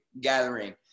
gathering